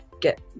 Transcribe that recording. get